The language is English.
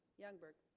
youngberg